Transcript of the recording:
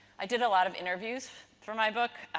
i did a lot of interviews for my book.